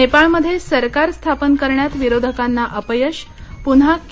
नेपाळमध्ये सरकार स्थापन करण्यात विरोधकांना अपयश पुन्हा के